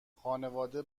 خانواده